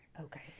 okay